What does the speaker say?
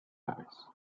place